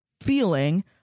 feeling